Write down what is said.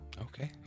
Okay